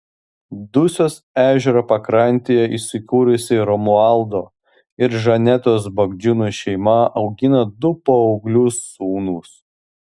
dusios ežero pakrantėje įsikūrusi romualdo ir žanetos bagdžiūnų šeima augina du paauglius sūnus